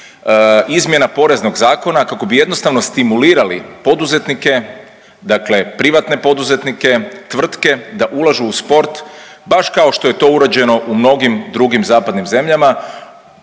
izmjena Poreznog zakona kako bi jednostavno stimulirali poduzetnike dakle privatne poduzetnike, tvrtke, da ulažu u sport, baš kao što je to uređeno u mnogim drugim zapadnim zemljama,